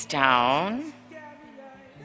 down